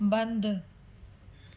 बंदि